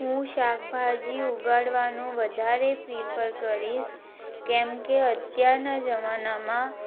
હું શાકભાજી ઉગાડવાનું વધારે પ્રિફર કરીશ કેમકે અત્યારના જમાનામાં